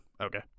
Okay